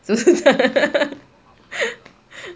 是不是这样